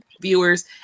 viewers